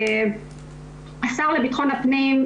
השר לביטחון הפנים,